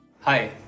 Hi